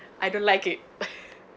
I don't like it